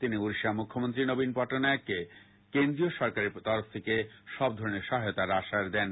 তিনি উড়িষ্যার মুখ্যমন্ত্রী নবীন পটনায়েককে কেন্দ্রীয় সরকারের তরফ থেকে সব ধরনের সহায়তার আশ্বাস দেন